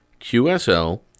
qsl